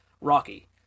rocky